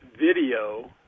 video